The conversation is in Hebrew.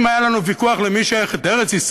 אם היה לנו ויכוח למי שייכת ארץ-ישראל,